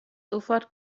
sofort